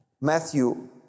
Matthew